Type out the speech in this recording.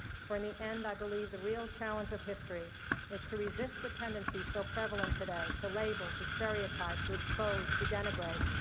for in the end, i believe the real challenge of history is to resist the tendency so prevalent today to label, to stereotype, to expose, to denigrate,